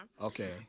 Okay